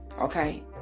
okay